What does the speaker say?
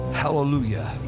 hallelujah